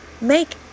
make